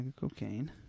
cocaine